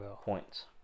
points